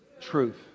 Truth